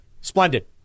Splendid